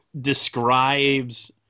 describes